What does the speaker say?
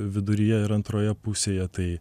viduryje ir antroje pusėje tai